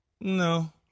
No